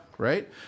Right